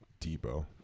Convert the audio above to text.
Debo